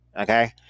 Okay